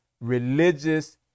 religious